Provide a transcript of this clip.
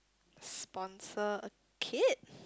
sponsor a kid